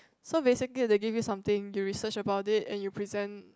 so basically they give something you research about it and you present